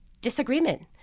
disagreement